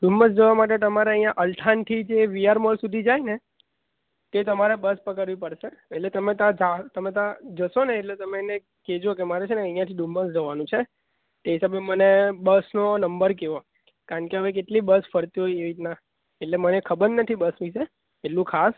ડુમ્મસ જવા માટે તમારે અહીંયા અલથાણથી જે વીઆર મોલ સુધી જાય ને તે તમારે બસ પકડવી પળશે એટલે તમે ત્યાં તમે ત્યાં જશો ને એટલે તમે એને કહેજો કે મારે છે ને અહીંયાથી ડુમ્મસ જવાનું છે તે હિસાબે મને બસનો નંબર કહો કારણ કે આમે કેટલી બસ ફરતી હોય એવી રીતના એટલે મને ખબર નથી બસ વિષે એટલું ખાસ